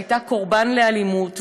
שהייתה קורבן לאלימות,